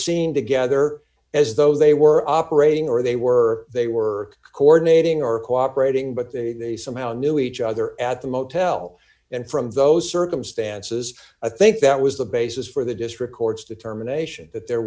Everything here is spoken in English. seen together as though they were operating or they were they were coordinating or cooperating but they they somehow knew each other at the motel and from those circumstances i think that was the basis for the district court's determination that there